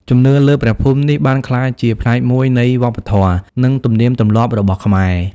ជំនឿលើព្រះភូមិនេះបានក្លាយជាផ្នែកមួយនៃវប្បធម៌ និងទំនៀមទម្លាប់របស់ខ្មែរ។